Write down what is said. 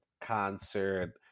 concert